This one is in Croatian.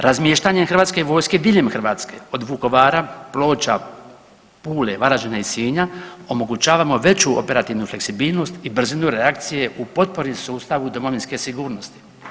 Razmještanje HV-a diljem Hrvatske od Vukovara, Ploča, Pule, Varaždina i Sinja omogućavamo veću operativnu fleksibilnost i brzinu reakcije u potpori sustavu domovinske sigurnosti.